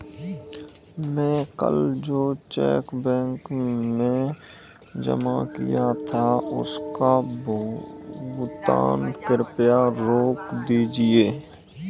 मैं कल जो चेक बैंक में जमा किया था उसका भुगतान कृपया रोक दीजिए